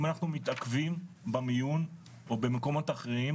אם אנחנו מתעכבים במיון או במקומות אחרים,